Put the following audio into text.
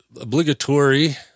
obligatory